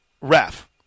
ref